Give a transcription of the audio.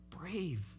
brave